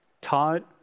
Todd